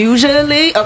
Usually